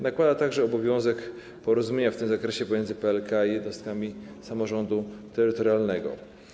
Nakłada także obowiązek porozumienia w tym zakresie pomiędzy PLK i jednostkami samorządu terytorialnego.